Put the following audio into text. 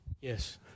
Yes